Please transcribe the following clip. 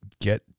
get